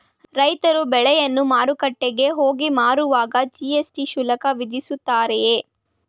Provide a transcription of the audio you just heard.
ರೈತರು ಬೆಳೆಯನ್ನು ಮಾರುಕಟ್ಟೆಗೆ ಹೋಗಿ ಮಾರುವಾಗ ಜಿ.ಎಸ್.ಟಿ ಶುಲ್ಕ ವಿಧಿಸುತ್ತಾರೆಯೇ?